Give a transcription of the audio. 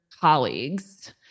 colleagues